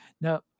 Now